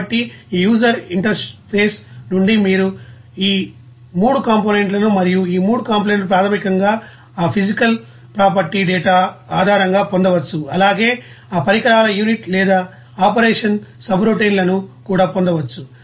కాబట్టి ఈ user interface నుండి మీరు ఈ 3 కాంపోనెంట్లను మరియు ఈ 3 కాంపోనెంట్లను ప్రాథమికంగా ఆ ఫిజికల్ ప్రాపర్టీ డేటా ఆధారంగా పొందవచ్చు అలాగే ఆ పరికరాల యూనిట్ లేదా ఆపరేషన్ సబ్రౌటిన్లను కూడా పొందవచ్చు